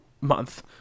month